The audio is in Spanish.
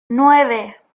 nueve